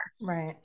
Right